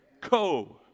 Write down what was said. Co